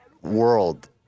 world